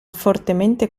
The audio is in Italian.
fortemente